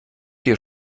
dir